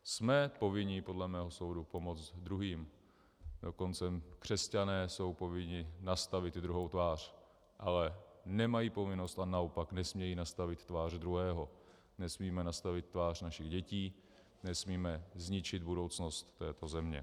Jsme povinni podle mého soudu pomoct druhým, dokonce křesťané jsou povinni nastavit i druhou tvář, ale nemají povinnost a naopak nesmějí nastavit tvář druhého, nesmíme nastavit tvář našich dětí, nesmíme zničit budoucnost této země.